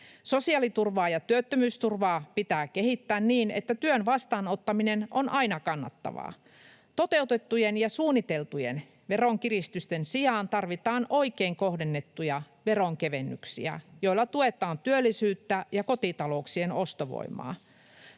Sosiaaliturvaa ja työttömyysturvaa pitää kehittää niin, että työn vastaanottaminen on aina kannattavaa. Toteutettujen ja suunniteltujen veronkiristysten sijaan tarvitaan oikein kohdennettuja veronkevennyksiä, joilla tuetaan työllisyyttä ja kotitalouksien ostovoimaa.